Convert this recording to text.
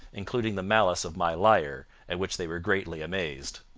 including the malice of my liar, at which they were greatly amazed.